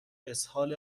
اسهال